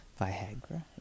Viagra